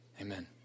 Amen